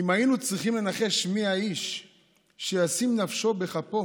אם היינו צריכים לנחש מי האיש שישים נפשו בכפו